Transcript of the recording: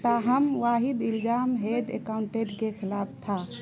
تاہم واحد الزام ہیڈ اکاؤنٹٹ کے خلاف تھا